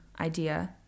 idea